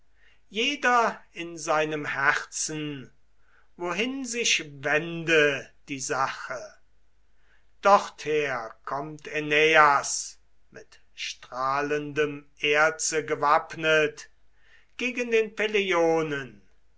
jeder in seinem herzen wohin sich wende die sache dorther kommt äneias mit strahlendem erze gewappnet gegen den